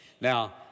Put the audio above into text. Now